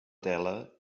tela